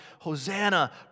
Hosanna